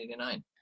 1989